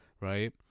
right